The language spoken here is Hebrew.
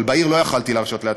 אבל בעיר לא יכולתי להרשות לעצמי,